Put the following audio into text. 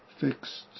fixed